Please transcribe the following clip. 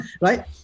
right